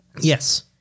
Yes